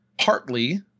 partly